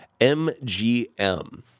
MGM